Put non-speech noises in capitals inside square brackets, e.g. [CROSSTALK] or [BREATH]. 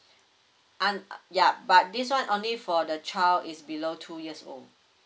[BREATH] un~ uh ya but this [one] only for the child is below two years old